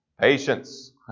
Patience